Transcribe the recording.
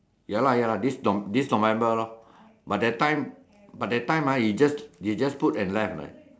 ya lah ya lah this Nov this November lor but that time but that time ah they just they just put and left leh